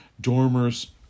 Dormers